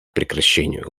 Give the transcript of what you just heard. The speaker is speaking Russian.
прекращению